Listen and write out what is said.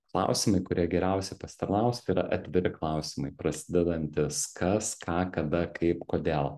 klausimai kurie geriausiai pasitarnaus tai yra atviri klausimai prasidedantys kas ką kada kaip kodėl